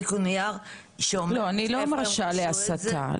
אני לא מרשה הסתה.